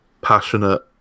passionate